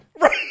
Right